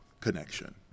connection